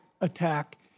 attack